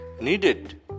needed